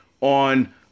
on